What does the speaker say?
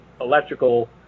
electrical